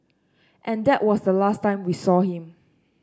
and that was the last time we saw him